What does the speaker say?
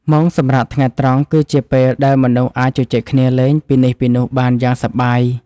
ម៉ោងសម្រាកថ្ងៃត្រង់គឺជាពេលដែលមនុស្សអាចជជែកគ្នាលេងពីនេះពីនោះបានយ៉ាងសប្បាយ។